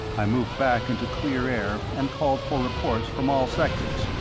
i moved back into clear air and called for reports from all sections.